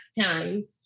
time